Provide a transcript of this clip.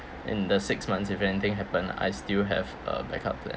in the six months if anything happen I still have a backup plan